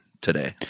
today